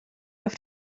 auf